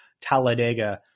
Talladega